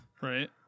right